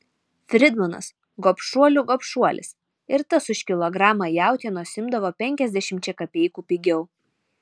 fridmanas gobšuolių gobšuolis ir tas už kilogramą jautienos imdavo penkiasdešimčia kapeikų pigiau